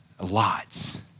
lots